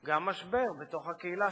גם משבר בתוך הקהילה שלו,